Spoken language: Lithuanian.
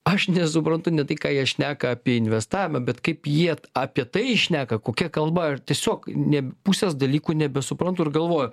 aš nesuprantu ne tai ką jie šneka apie investavimą bet kaip jiet apie tai šneka kokia kalba ar tiesiog nė pusės dalykų nebesuprantu ir galvoju